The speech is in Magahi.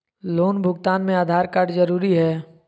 लोन भुगतान में आधार कार्ड जरूरी है?